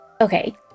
Okay